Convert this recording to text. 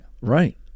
Right